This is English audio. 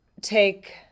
take